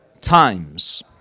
times